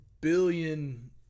billion